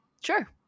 Sure